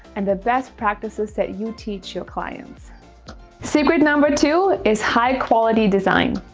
and the best practices that you teach your client secret. number two is high quality design.